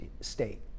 State